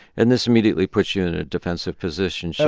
and this immediately puts you in a defensive position. so